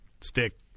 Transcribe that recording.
stick